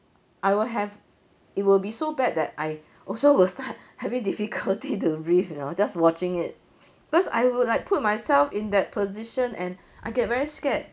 I will have it will be so bad that I also will start having difficulty to breathe you know just watching it because I would like put myself in that position and I get very scared